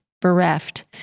bereft